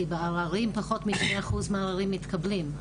כי בעררים פחות משני אחוז מהעררים מתקבלים,